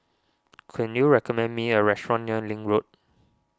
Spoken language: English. can you recommend me a restaurant near Link Road